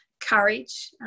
courage